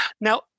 now